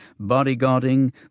bodyguarding